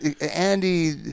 Andy